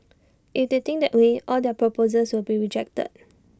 if they think that way all their proposals will be rejected